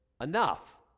enough